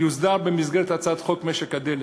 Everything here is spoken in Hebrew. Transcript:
יוסדר במסגרת הצעת חוק משק הדלק.